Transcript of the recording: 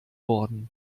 worden